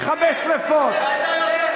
מכבה שרפות.